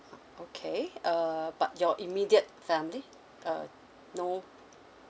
okay err but your immediate family uh no